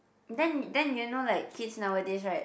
then then you know like kids nowadays right